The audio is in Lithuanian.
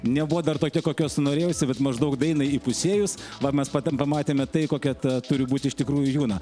nebuvo dar tokia kokios norėjosi bet maždaug dainai įpusėjus vat mes pa ten pamatėme tai kokia ta turi būti iš tikrųjų juna